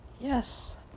yes